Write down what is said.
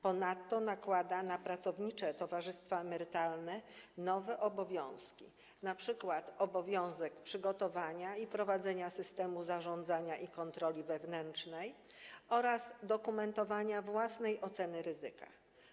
Ponadto nakłada na pracownicze towarzystwa emerytalne nowe obowiązki, takie jak: obowiązek przygotowania i prowadzenia systemu zarządzania i kontroli wewnętrznej oraz obowiązek dokumentowania własnej oceny ryzyka.